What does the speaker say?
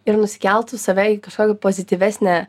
ir nusikeltų save į kažkokią pozityvesnę